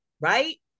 right